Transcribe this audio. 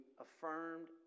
affirmed